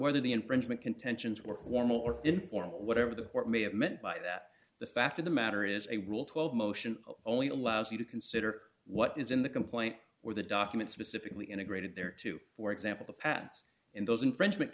whether the infringement contentions were warm or informal whatever the court may have meant by that the fact of the matter is a rule twelve motion only allows you to consider what is in the complaint or the document specifically integrated there to for example the paths in those infringement